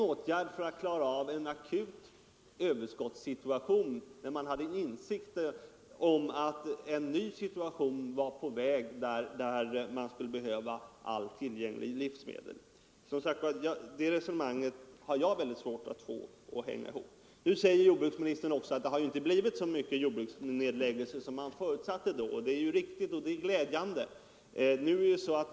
Att det var den rätta metoden när man visste att en ny situation närmade sig, där man skulle behöva alla tillgängliga livsmedel, har jag väldigt svårt att förstå. Nu säger jordbruksministern att det inte har blivit så många jordbruksnedläggelser som man förutsatte. Det är riktigt och det är glädjande.